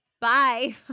Bye